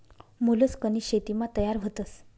मोलस्कनी शेतीमा तयार व्हतस